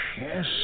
Yes